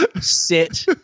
Sit